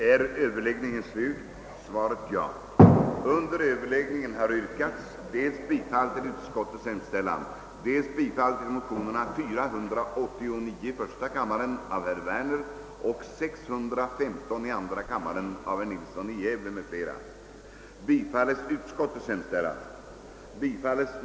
Herr talman! Som herr Jansson framhöll är denna fråga en gammal bekant för oss i riksdagen; vi behandlade den senast under förra året. Tredje lagutskottets majoritet har inte funnit någon motivering för att frångå den hållning som utskottet tidigare har intagit. Jag ber därför att få yrka bifall till utskottets hemställan.